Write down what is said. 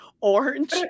orange